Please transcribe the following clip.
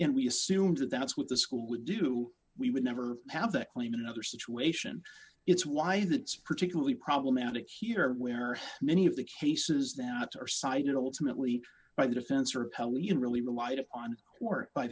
and we assumed that that's what the school would do we would never have that claim in another situation it's why that's particularly problematic here where many of the cases that are cited a legitimate leak by the defense or pelion really relied upon court by